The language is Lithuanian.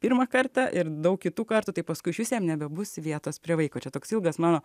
pirmą kartą ir daug kitų kartų tai paskui išvis jam nebebus vietos prie vaiko čia toks ilgas mano